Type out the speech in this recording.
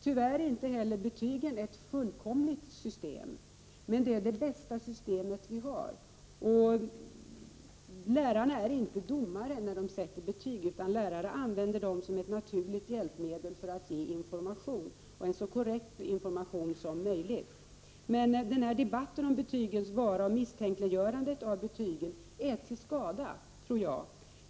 Tyvärr är inte heller betygen ett fullkomligt system, men det är det bästa system vi har. Lärarna är inte domare när de sätter betyg, utan de använder betygen som ett naturligt hjälpmedel för att ge en så korrekt information som möjligt. Debatten om betygens vara eller inte vara och misstänkliggörandet av betygen tror jag är till skada.